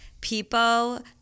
people